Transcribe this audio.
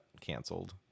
canceled